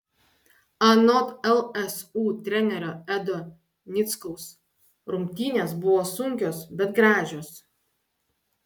anot lsu trenerio edo nickaus rungtynės buvo sunkios bet gražios